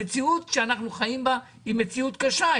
המציאות שאנחנו חיים בה היא מציאות קשה,